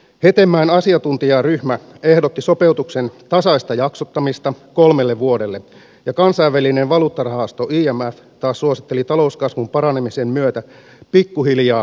hetemäen asiantuntijaryhmä ehdotti sopeutuksen tasaista jaksottamista kolmelle vuodelle ja kansainvälinen valuuttarahasto imf taas suositteli talouskasvun paranemisen myötä pikkuhiljaa kiristyvää sopeutusta